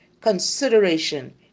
consideration